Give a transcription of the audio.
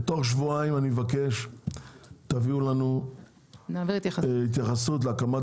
תוך שבועיים אני מבקש תביאו לנו התייחסות להקמת